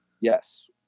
Yes